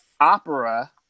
opera